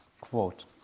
quote